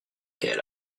quel